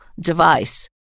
device